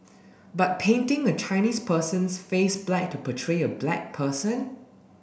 but painting a Chinese person's face black to portray a black person